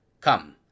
Come